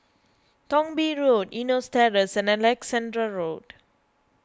Thong Bee Road Eunos Terrace and Alexandra Road